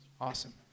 Awesome